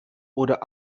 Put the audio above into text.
oder